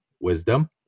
wisdom